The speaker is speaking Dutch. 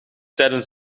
tijdens